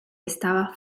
estaba